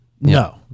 No